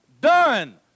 done